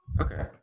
okay